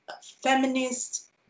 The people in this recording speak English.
feminist